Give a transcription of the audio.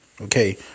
Okay